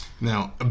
Now